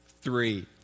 three